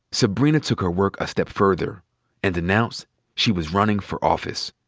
sybrina took her work a step further and announced she was running for office.